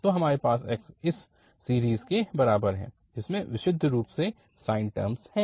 तो हमारे पास x इस सीरीज़ के बराबर है जिसमें विशुद्ध रूप से साइन टर्म हैं